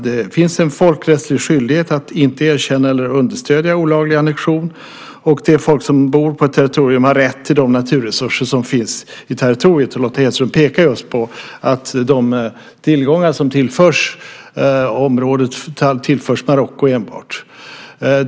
Det finns en folkrättslig skyldighet att inte erkänna eller understödja olaglig annexion. Det folk som bor på ett territorium har rätt till de naturresurser som finns i territoriet. Lotta Hedström pekar just på att de tillgångar som tillförs området enbart tillförs Marocko.